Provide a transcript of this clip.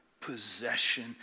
possession